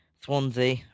Swansea